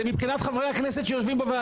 זה מבחינת חברי הכנסת שיושבים בוועדה.